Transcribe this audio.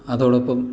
അതോടൊപ്പം